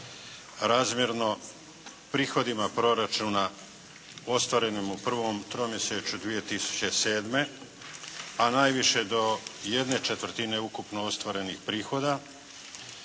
razmjerno prihodima proračuna ostvarenim u prvom tromjesečju 2007. a najviše do jedne četvrtine ukupno ostvarenih prihoda